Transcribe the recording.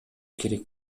керек